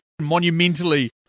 monumentally